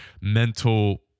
mental